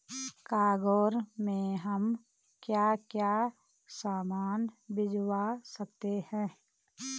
Cargo में हम क्या क्या सामान भिजवा सकते हैं?